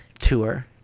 tour